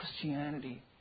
Christianity